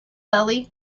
belly